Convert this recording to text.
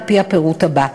על-פי הפירוט הבא: